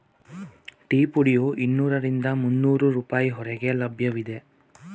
tea ಪುಡಿಯು ಇನ್ನೂರರಿಂದ ಮುನ್ನೋರು ರೂಪಾಯಿ ಹೊರಗೆ ಲಭ್ಯವಿದೆ